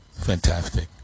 fantastic